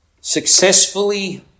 successfully